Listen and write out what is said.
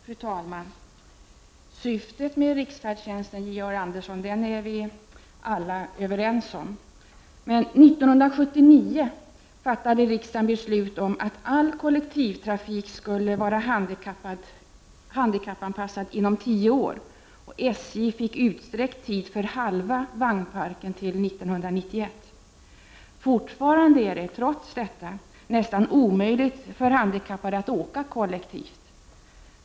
Fru talman! Syftet med riksfärdtjänsten, Georg Andersson, är vi alla överens om. Men 1979 fattade riksdagen beslut om att all kollektivtrafik skulle vara handikappanpassad inom tio år, och SJ fick utsträckt tid för halva vagnparken till 1991. Trots detta är det fortfarande nästan omöjligt för handikappade att åka kollektivt.